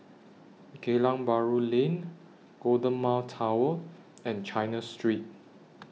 Geylang Bahru Lane Golden Mile Tower and China Street